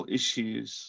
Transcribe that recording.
issues